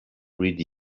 read